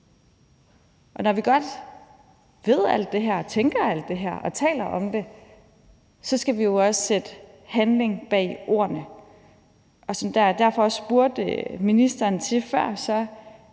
Når vi godt ved alt det her, tænker alt det her og taler om det, skal vi jo også sætte handling bag ordene. Og som jeg derfor